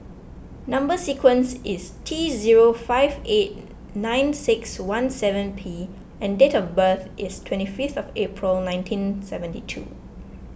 Number Sequence is T zero five eight nine six one seven P and date of birth is twenty fifth of April nineteen seventy two